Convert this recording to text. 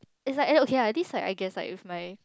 it's like eh okay lah this like I guess like with my